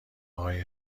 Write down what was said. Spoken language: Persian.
آقای